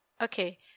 Okay